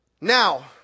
Now